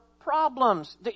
problems